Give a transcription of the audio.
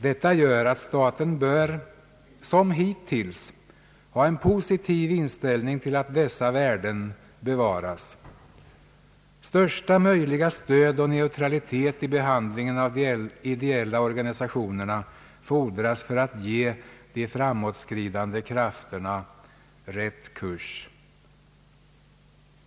Detta gör att staten som hittills bör ha en positiv inställning till att dessa värden bevaras. Största möjliga stöd till och neutralitet i behandlingen av de ideella organisationerna fordras för att ge de framåtskridande krafterna rätt kurs.